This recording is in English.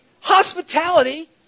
hospitality